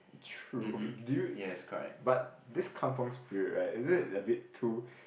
true okay do you but this kampung Spirit right is it a bit too